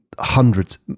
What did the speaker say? Hundreds